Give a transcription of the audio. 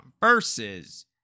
versus